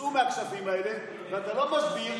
שהוצאו מהכספים האלה, אתה לא מסביר